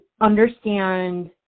understand